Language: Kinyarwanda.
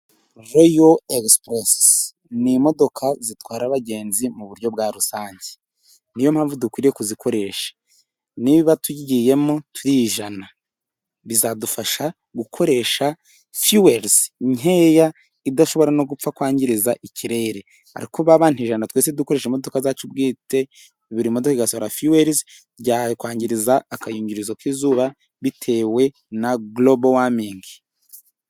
Veyilo Egisipuresizi, ni imodoka zitwara abagenzi mu buryo bwa rusange. Ni yo mpamvu dukwiye kuzikoresha niba tugiyemo turi ijana bizadufasha gukoresha fiyuweli nkeya idashobora no gupfa kwangiza ikirere. Ariko niba abantu ijana twese dukoresha imodoka zacu bwite buri modoka igasohora fiyuweli byakwangiriza agakingirizo k'izuba bitewe na golobo womingi.